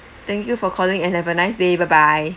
thank you for calling and have a nice day bye bye